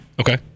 Okay